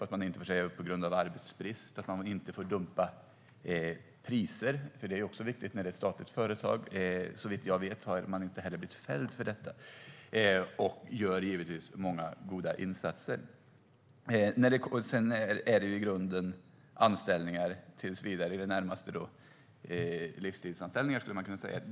Man får inte säga upp på grund av arbetsbrist eller dumpa priser. Det är viktigt när det är ett statligt företag, och såvitt jag vet har man inte blivit fälld för det. Samhall gör givetvis många goda insatser, och det är närmast livstidsanställningar.